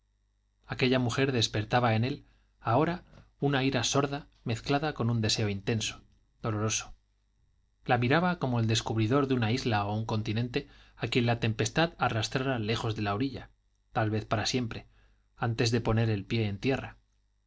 aquella mujer despertaba en él ahora una ira sorda mezclada de un deseo intenso doloroso la miraba como el descubridor de una isla o un continente a quien la tempestad arrastrara lejos de la orilla tal vez para siempre antes de poner el pie en tierra